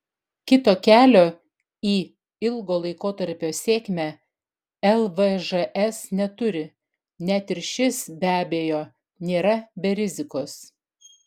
kito kelio į ilgo laikotarpio sėkmę lvžs neturi net ir šis be abejo nėra be rizikos